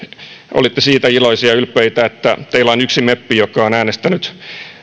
olitte siitä iloisia ja ylpeitä että teillä on yksi meppi joka on äänestänyt